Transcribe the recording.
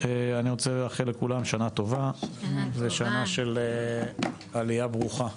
אני רוצה לאחל לכולם שנה טובה ושנה של עלייה ברוכה.